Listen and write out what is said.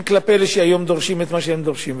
כלפי אלה שהיום דורשים את מה שהם דורשים.